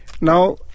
Now